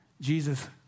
Jesus